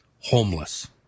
homeless